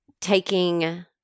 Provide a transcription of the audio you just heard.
taking